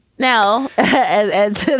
now, as as